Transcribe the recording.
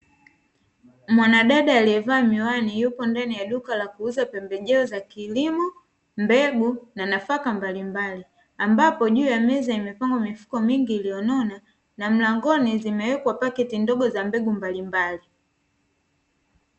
Mwanadada aliyevaa miwani yupo ndani ya duka la kuuza pembejeo za kilimo, mbegu na nafaka mbalimbali ambapo juu ya meza imepangwa mifuko mingi ilionona na mlangoni zimewekwa pakiti ndogo za mbegu mbalimbali.